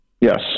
Yes